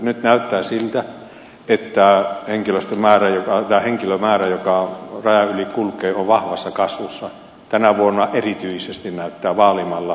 nyt näyttää siltä että henkilömäärä joka rajan yli kulkee on vahvassa kasvussa tänä vuonna erityisesti vaalimaalla